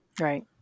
Right